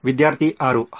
ವಿದ್ಯಾರ್ಥಿ 6 ಹೌದು